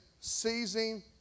seizing